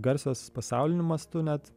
garsios pasauliniu mastu net